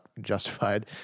justified